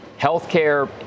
healthcare